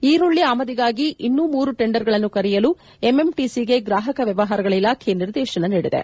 ಈರುಳ್ಳಿ ಆಮದಿಗಾಗಿ ಇನ್ನೂ ಮೂರು ಟೆಂಡರ್ಗಳನ್ನು ಕರೆಯಲು ಎಂಎಂಟಿಸಿಗೆ ಗ್ರಾಹಕ ವ್ಯವಹಾರಗಳ ಇಲಾಖೆ ನಿರ್ದೇಶನ ನೀಡಿದೆ